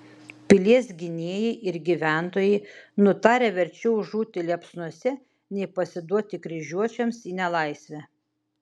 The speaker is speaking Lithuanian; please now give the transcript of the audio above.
pilies gynėjai ir gyventojai nutarę verčiau žūti liepsnose nei pasiduoti kryžiuočiams į nelaisvę